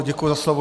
Děkuji za slovo.